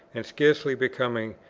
and scarcely becoming,